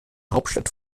hauptstadt